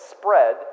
spread